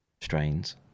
strains